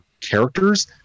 characters